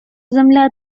земля